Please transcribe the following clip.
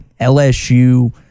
LSU –